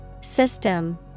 System